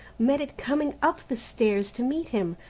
met it coming up the stairs to meet him,